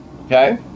Okay